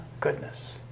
goodness